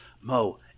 Mo